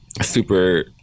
Super